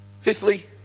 Fifthly